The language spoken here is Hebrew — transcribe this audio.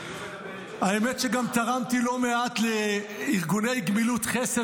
האמת שגם תרמתי לא מעט לארגוני גמילות חסד,